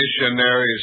Missionaries